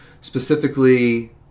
specifically